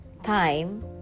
Time